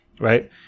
right